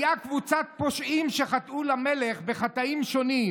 הייתה קבוצת פושעים שחטאו למלך בחטאים שונים: